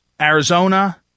Arizona